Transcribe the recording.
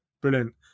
brilliant